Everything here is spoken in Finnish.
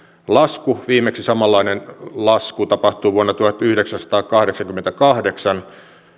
lasku viimeksi samanlainen lasku tapahtui vuonna tuhatyhdeksänsataakahdeksankymmentäkahdeksan